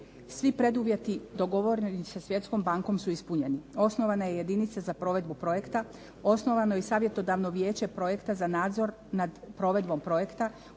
Svi preduvjeti dogovoreni sa Svjetskom bankom su ispunjeni. Osnovana je jedinica za provedbu projekta, osnovano je i savjetodavno vijeće projekta za nadzor nad provedbom projekta,